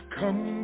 come